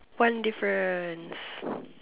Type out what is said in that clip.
one difference